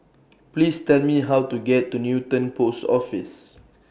Please Tell Me How to get to Newton Post Office